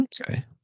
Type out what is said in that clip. okay